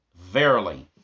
verily